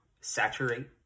saturate